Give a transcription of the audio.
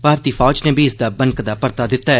भारतीय फौज नै बी इस दा बनकदा परता दिता ऐ